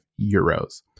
euros